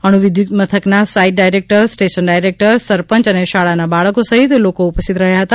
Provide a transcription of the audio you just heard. અણુવિર્ધુતમથકના site director station director સરપંચ અને શાળાના બાળકો સહિત લોકો ઉપસ્થિત રહ્યા હતા